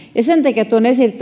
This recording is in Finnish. sen takia tuon esille